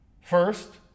First